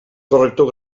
corrector